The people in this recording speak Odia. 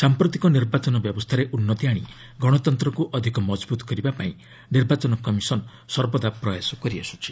ସାମ୍ପ୍ରତିକ ନିର୍ବାଚନ ବ୍ୟବସ୍ଥାରେ ଉନ୍ନତି ଆଣି ଗଣତନ୍ତ୍ରକୁ ଅଧିକ ମଜବୁତ୍ କରିବାପାଇଁ ନିର୍ବାଚନ କମିଶନ୍ ସର୍ବଦା ପ୍ରୟାସ କରିଆସ୍କୁଛି